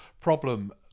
problem